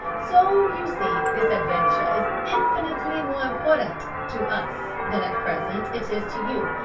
so you see this adventure is infinitely more important to us than at present it is to you.